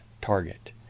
target